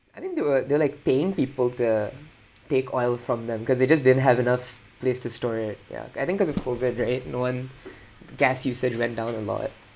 I think they were they were like paying people to uh take oil from them cause they just didn't have enough place to store it yeah I think cause of COVID right no one gas usage went down a lot